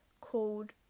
called